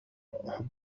أحبك